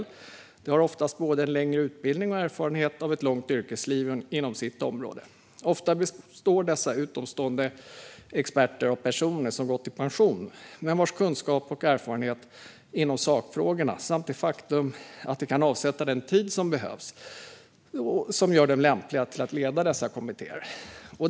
De har oftast både längre utbildning och erfarenhet av ett långt yrkesliv inom sitt område. Ofta är dessa utomstående experter personer som har gått i pension. Men deras kunskap och erfarenhet inom sakfrågorna, samt det faktum att de kan avsätta den tid som behövs, gör dem lämpliga att leda dessa kommittéer.